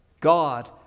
God